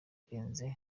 irenga